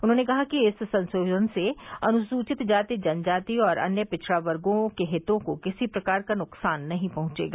उन्होंने कहा कि इस संशोधन से अनुसूचित जाति जनजाति और अन्य पिछड़ा वर्गों के हितों को किसी प्रकार का नुकसान नहीं पहुंचेगा